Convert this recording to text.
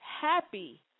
happy